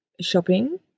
shopping